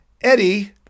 Eddie